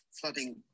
flooding